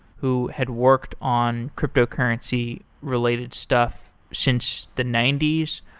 who had worked on cryptocurrency related stuff since the ninety s.